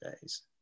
days